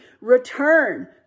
return